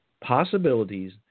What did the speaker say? possibilities